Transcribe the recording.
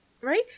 right